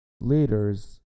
leaders